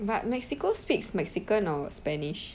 but mexico speaks mexican or spanish